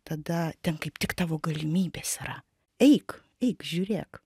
tada ten kaip tik tavo galimybės yra eik eik žiūrėk